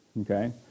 okay